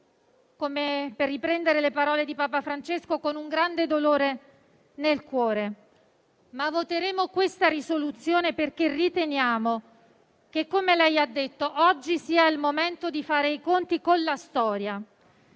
se, per riprendere le parole di Papa Francesco, con un grande dolore nel cuore. Voteremo la risoluzione perché riteniamo, come lei ha detto, che oggi sia il momento di fare i conti con la storia